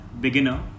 beginner